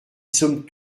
sommes